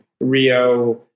rio